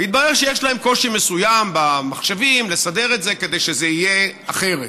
והתברר שיש להם קושי מסוים במחשבים לסדר את זה כדי שזה יהיה אחרת.